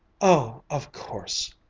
oh, of course!